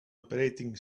operating